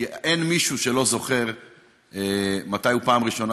כי אין מישהו שלא זוכר מתי בפעם הראשונה